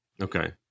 Okay